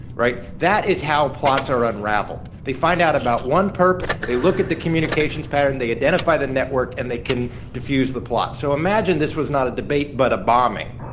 right? that is how plots are unraveled. they find out about one perp. they look at the communications pattern, they identify the network, and they can diffuse the plot. so imagine this was not a debate but a bombing.